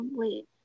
wait